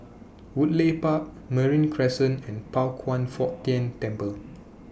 Woodleigh Park Marine Crescent and Pao Kwan Foh Tang Temple